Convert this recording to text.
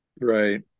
Right